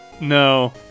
No